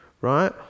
right